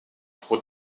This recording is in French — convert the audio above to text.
pour